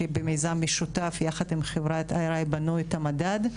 שבמיזם משותף יחד עם חברת IRI בנו את המדד,